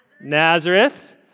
Nazareth